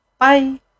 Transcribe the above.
Bye